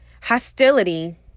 hostility